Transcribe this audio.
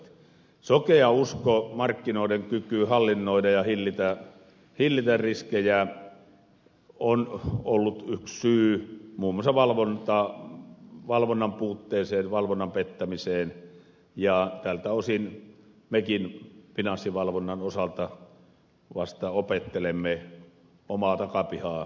sokea usko markkinoiden kykyyn hallinnoida ja hillitä riskejä on ollut yksi syy muun muassa valvonnan puutteeseen valvonnan pettämiseen ja tältä osin mekin finanssivalvonnan osalta vasta opettelemme omaa takapihaamme hoitamaan